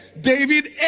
David